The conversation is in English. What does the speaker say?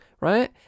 right